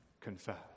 Confess